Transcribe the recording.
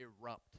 erupt